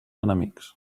enemics